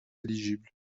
éligibles